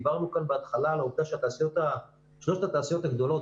דיברנו כאן בהתחלה על העובדה ששלוש התעשיות הגדולות,